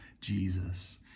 Jesus